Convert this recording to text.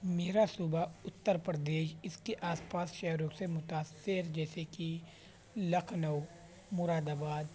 میرا صوبہ اتّر پردیش اس کے آس پاس شہروں سے متاثر جیسے کہ لکھنؤ مراد آباد